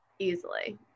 Easily